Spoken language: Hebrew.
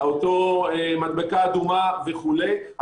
אותה מדבקה אדומה וכולי,